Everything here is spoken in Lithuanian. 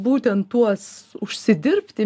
būtent tuos užsidirbti